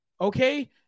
okay